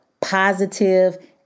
positive